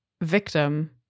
victim